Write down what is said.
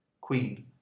Queen